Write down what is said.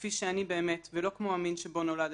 כפי שאני באמת ולא כמו המין שבו נולדתי.